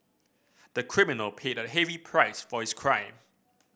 the criminal paid a heavy price for his crime